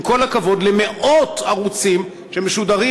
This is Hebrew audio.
עם כל הכבוד למאות ערוצים שמשודרים